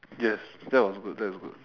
yes that was good that's good